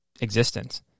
existence